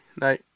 No